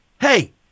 hey